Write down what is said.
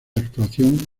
actuación